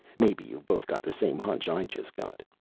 maybe you've both got the same hunch i just got.